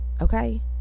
okay